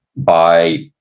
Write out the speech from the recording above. by